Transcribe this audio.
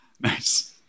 Nice